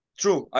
true